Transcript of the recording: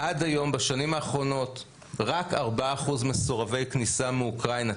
עד היום בשנים האחרונות רק 4% מסורבי כניסה מאוקראינה,